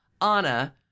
Anna